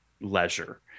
leisure